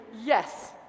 yes